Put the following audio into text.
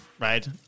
right